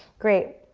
great.